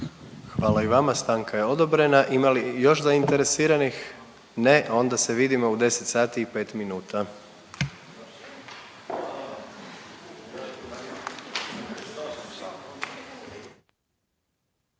Hvala i vama. Stanka je odobrena. Ima li još zainteresiranih? Ne, onda se vidimo u 10 sati i 5 minuta.